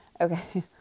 Okay